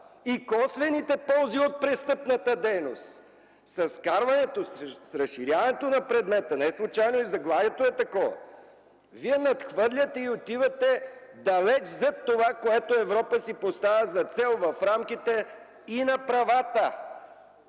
и косвените ползи от престъпната дейност. С вкарването, с разширяването на предмета, неслучайно и заглавието е такова, Вие надхвърляте и отивате далеч зад това, което Европа си поставя за цел в рамките и на правата.